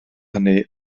hynny